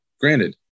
granted